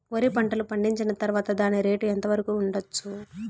వరి పంటలు పండించిన తర్వాత దాని రేటు ఎంత వరకు ఉండచ్చు